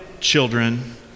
children